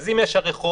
אם זה הרחוב,